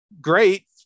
great